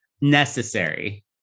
Necessary